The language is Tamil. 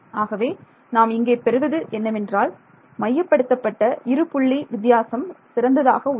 ஆகவே நாம் இங்கே பெறுவது என்னவென்றால் மையப்படுத்தப்பட்ட இரு புள்ளி வித்தியாசம் சிறந்ததாக உள்ளது